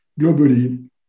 globally